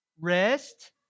rest